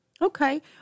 Okay